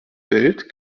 welt